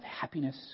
happiness